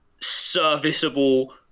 serviceable